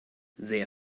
sehr